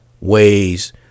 ways